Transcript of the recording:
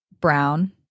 Brown